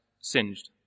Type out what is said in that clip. singed